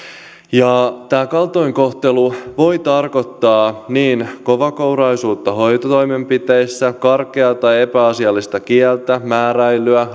tämä kaltoinkohtelu voi tarkoittaa kovakouraisuutta hoitotoimenpiteissä karkeaa tai epäasiallista kieltä määräilyä